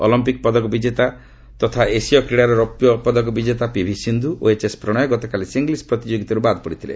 Olympic ପଦକ ବିଜେତା ତଥା ଏସୀୟ କ୍ରୀଡ଼ାର ରୌପ୍ୟ ପଦକ ବିଜେତା ପିଭି ସିନ୍ଧୁ ଓ ଏଚ୍ଏସ୍ ପ୍ରଶୟ ଗତକାଲି ସିଙ୍ଗଲ୍ସ ପ୍ରତିଯୋଗତାରୁ ବାଦ୍ ପଡ଼ିଥିଲେ